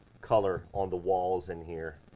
color on the walls in here.